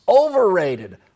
overrated